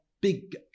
big